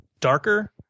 darker